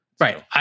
Right